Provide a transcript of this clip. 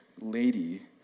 lady